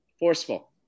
forceful